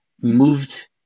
moved